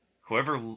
Whoever